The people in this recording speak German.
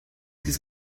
dies